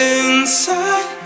inside